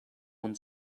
one